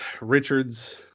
Richards